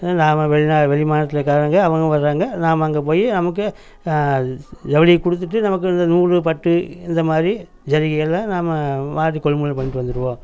நாம் வெளிநாடு வெளி மாநிலத்துக்காரவங்க அவங்களும் வருவாங்க நாம் அங்கே போய் நமக்கு ஜவுளியை கொடுத்துட்டு நமக்கு இந்த நூல் பட்டு இந்தமாதிரி ஜரிகையெல்லாம் நாம் மாற்றி கொள்முதல் பண்ணிகிட்டு வந்துருவோம்